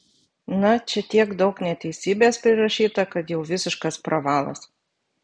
na čia tiek daug neteisybės prirašyta kad jau visiškas pravalas